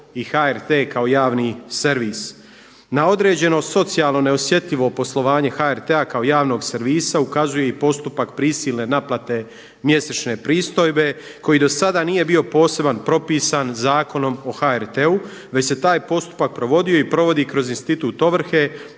i HRT kao javni servis. Na određeno socijalno neosjetljivo poslovanje HRT-a kao javnog servisa ukazuje i postupak prisilne naplate mjesečne pristojbe koji do sada nije bio poseban propisan Zakonom o HRT-u već se taj postupak provodio i provodi kroz institut ovrhe